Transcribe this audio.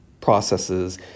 processes